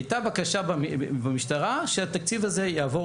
הייתה בקשה במשטרה שהתקציב הזה יעבור